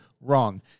wrong